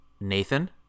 Nathan